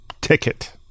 ticket